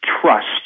trust